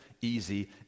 easy